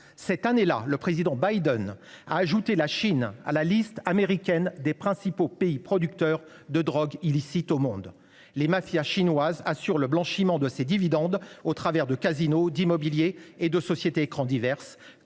Cette année là, le président Biden a ajouté la Chine à la liste américaine des principaux pays producteurs de drogues illicites au monde. Les mafias chinoises assurent le blanchiment de ces profits au travers de casinos, d’immobilier et de sociétés écrans diverses.